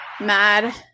mad